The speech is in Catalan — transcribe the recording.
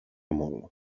molt